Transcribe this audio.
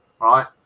right